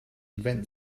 invent